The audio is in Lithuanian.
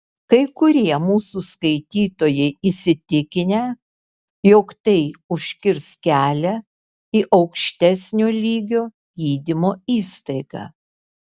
kai kurie mūsų skaitytojai įsitikinę jog tai užkirs kelią į aukštesnio lygio gydymo įstaigą